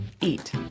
eat